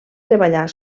treballar